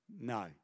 No